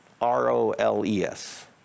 R-O-L-E-S